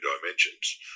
dimensions